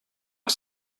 que